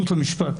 בעליונות המשפט.